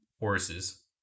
horses